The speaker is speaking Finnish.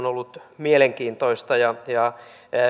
ollut mielenkiintoista ja ja